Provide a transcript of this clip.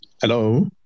Hello